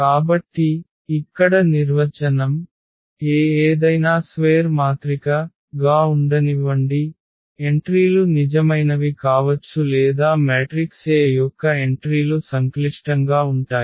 కాబట్టి ఇక్కడ నిర్వచనం A ఏదైనా స్వేర్ మాత్రిక గా ఉండనివ్వండి ఎంట్రీలు నిజమైనవి కావచ్చు లేదా మ్యాట్రిక్స్ A యొక్క ఎంట్రీలు సంక్లిష్టంగా ఉంటాయి